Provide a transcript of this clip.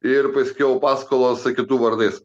ir paskiau paskolos kitų vardais